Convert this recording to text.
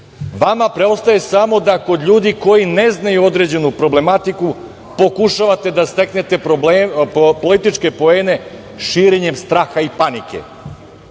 vama preostaje samo da kod ljudi koji ne znaju određenu problematiku pokušavate da steknete političke poene širenjem straha i panike. Kao